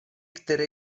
které